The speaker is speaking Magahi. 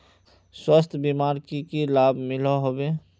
स्वास्थ्य बीमार की की लाभ मिलोहो होबे?